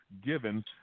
given